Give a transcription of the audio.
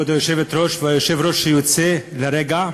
כבוד היושבת-ראש והיושב-ראש שיוצא לרגע,